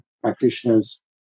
practitioners